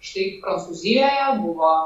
štai prancūzijoje buvo